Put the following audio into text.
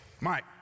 Mike